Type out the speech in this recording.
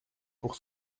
pour